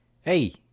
hey